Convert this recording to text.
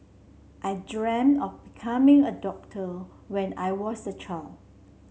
I dreamt of becoming a doctor when I was a child